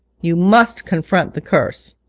you must confront the curse